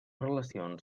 relacions